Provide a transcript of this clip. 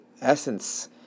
essence